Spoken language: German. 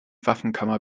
waffenkammer